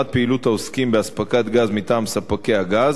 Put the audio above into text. פעילות העוסקים באספקת גז מטעם ספקי הגז,